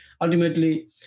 Ultimately